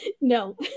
No